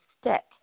stick